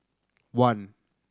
one